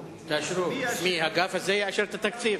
"תאשרו".